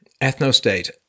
ethnostate